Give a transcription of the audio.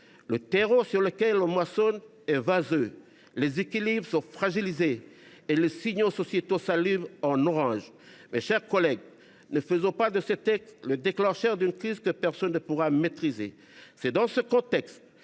Le terreau sur lequel on moissonne est vaseux, les équilibres sont fragilisés et les signaux sociétaux s’allument en orange. Mes chers collègues, ne faisons pas de ce texte le déclencheur d’une crise que personne ne pourra maîtriser. C’est dans ce contexte